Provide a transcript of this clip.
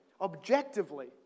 Objectively